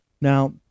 Now